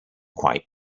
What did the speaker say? quite